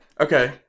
Okay